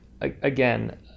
Again